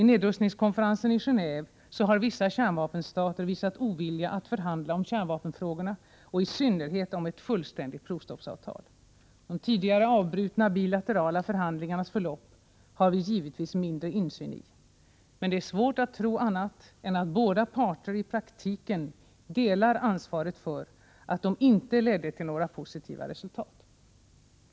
I nedrustningskonferensen i Geneve har vissa kärnvapenstater visat ovilja att förhandla om kärnvapenfrågorna och i synnerhet om ett fullständigt provstoppsavtal. De tidigare avbrutna bilaterala förhandlingarnas förlopp har vi givetvis mindre insyn i. Men det är svårt att tro annat än att båda parter i praktiken delar ansvaret för att de inte ledde till några positiva resultat.